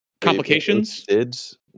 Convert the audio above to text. Complications